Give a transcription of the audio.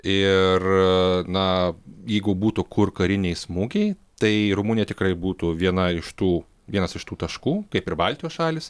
ir na jeigu būtų kur kariniai smūgiai tai rumunija tikrai būtų viena iš tų vienas iš tų taškų kaip ir baltijos šalys